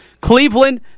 Cleveland